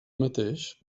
mateix